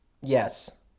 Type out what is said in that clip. Yes